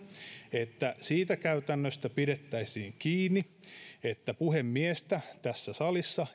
että siitä käytännöstä pidettäisiin kiinni että puhemiestä ei tässä salissa